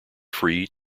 free